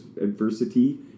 adversity